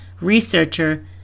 researcher